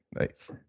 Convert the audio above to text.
Nice